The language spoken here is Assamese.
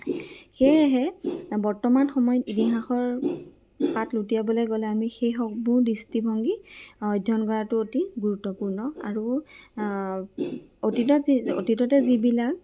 সেয়েহে বৰ্তমান সময়ত ইতিহাসৰ পাত লুটিয়াবলৈ গ'লে আমি সেইসমূহ দৃষ্টিভংগী অধ্যয়ন কৰাটো অতি গুৰুত্বপূৰ্ণ আৰু আ অতীতত যি অতীততে যিবিলাক